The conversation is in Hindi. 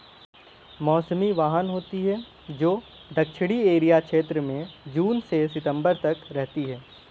मौसमी पवन होती हैं, जो दक्षिणी एशिया क्षेत्र में जून से सितंबर तक रहती है